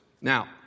Now